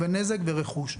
בנזק וברכוש.